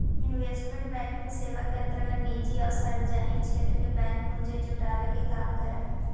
investment banking सेवा के अंतर्गत निजी आउ सार्वजनिक क्षेत्र के बैंक पूंजी जुटावे के काम करऽ हइ